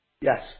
Yes